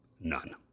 none